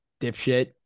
dipshit